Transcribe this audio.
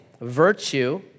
virtue